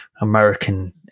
American